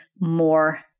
more